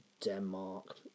Denmark